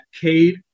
Cade